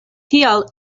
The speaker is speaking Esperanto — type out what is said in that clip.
tial